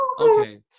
Okay